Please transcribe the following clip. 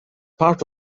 part